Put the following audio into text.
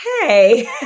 hey